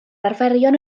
arferion